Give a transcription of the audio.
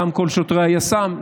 גם כל שוטרי היס"מ.